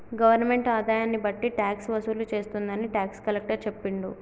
government ఆదాయాన్ని బట్టి tax వసూలు చేస్తుందని టాక్స్ కలెక్టర్ చెప్పిండు